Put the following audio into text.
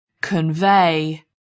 convey